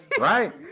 Right